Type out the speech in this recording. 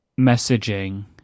messaging